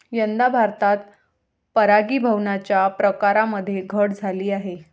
यंदा भारतात परागीभवनाच्या प्रकारांमध्ये घट झाली आहे